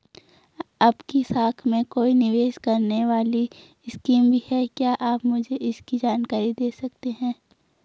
आपकी शाखा में कोई निवेश करने वाली स्कीम भी है क्या आप मुझे इसकी जानकारी दें सकते हैं?